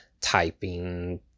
typing